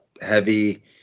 heavy